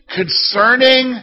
concerning